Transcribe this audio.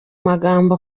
magambo